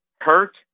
hurt